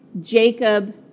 Jacob